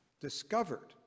discovered